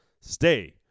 stay